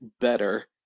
better